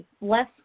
less